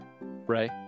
Ray